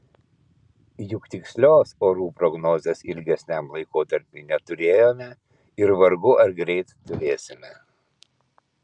juk tikslios orų prognozės ilgesniam laikotarpiui neturėjome ir vargu ar greit turėsime